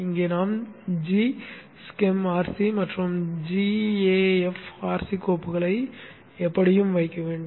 இங்கே நாம் g schem rc மற்றும் gaf rc கோப்புகளை எப்படியும் வைக்க வேண்டும்